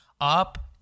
up